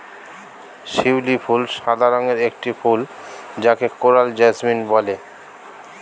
শিউলি ফুল সাদা রঙের একটি ফুল যাকে কোরাল জেসমিন বলে